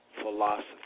philosophy